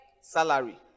Salary